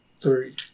Three